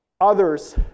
others